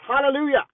Hallelujah